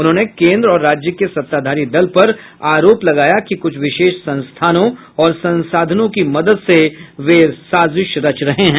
उन्होंने केन्द्र और राज्य के सत्ताधारी दल पर आरोप लगाया कि कुछ विशेष संस्थानों और संसाधनों की मदद से वे साजिश रच रहे हैं